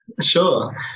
Sure